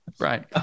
Right